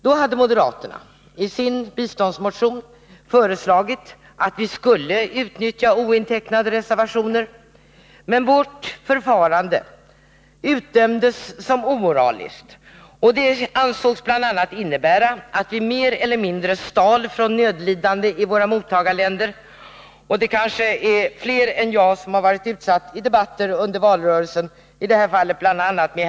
Då hade moderaterna i sin biståndsmotion föreslagit att vi skulle utnyttja ointecknade reservationer, men vårt förslag utdömdes som omoraliskt. Det ansågs bl.a. att vi mer eller mindre stal från nödlidande i våra mottagarländer. Det kanske var fler än jag som i debatter under valrörelsen fick utstå den kritiken.